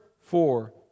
four